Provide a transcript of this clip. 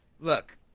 look